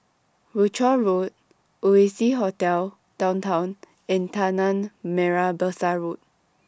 Rochor Road Oasia Hotel Downtown and Tanah Merah Besar Road